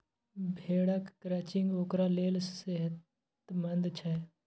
भेड़क क्रचिंग ओकरा लेल सेहतमंद छै